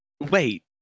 Wait